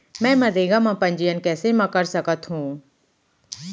मैं मनरेगा म पंजीयन कैसे म कर सकत हो?